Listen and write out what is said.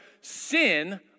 sin